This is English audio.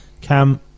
Cam